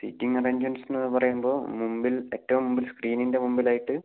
seating arrangements എന്നൊക്കെ പറയുമ്പോൾ മുമ്പിൽ ഏറ്റവും മുമ്പിൽ സ്ക്രീനിൻ്റെ മുമ്പിലായിട്ട്